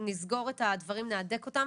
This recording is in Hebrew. נסגור את הדברים, נהדק אותם